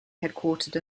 headquartered